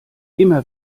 immer